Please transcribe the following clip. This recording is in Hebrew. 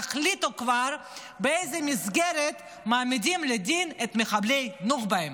תחליטו כבר באיזו מסגרת מעמידים לדין את מחבלי נוח'בה.